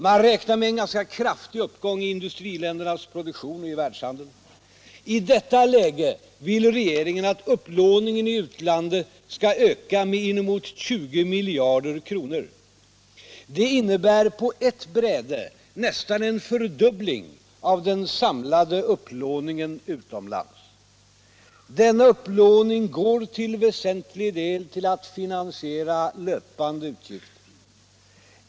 Man räknar med en ganska kraftig uppgång i industriländernas produktion och i världshandeln. I detta läge vill regeringen att upplåningen i utlandet skall öka med inemot 20 miljarder kronor. Det innebär på ett bräde nästan en fördubbling av den samlade upplåningen utomlands. Denna upplåning går till väsentlig del till att finansiera löpande utgifter.